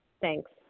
Thanks